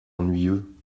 ennuyeux